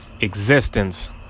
Existence